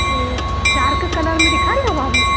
इहा dark colour में ॾेखारियां भाभी